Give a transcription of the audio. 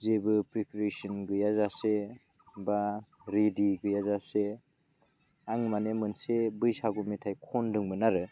जेबो प्रिपेरेसन गैयाजासे बा रिडि गैयाजासे आं माने मोनसे बैसागु मेथाइ खन्दोंमोन आरो